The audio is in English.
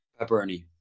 Pepperoni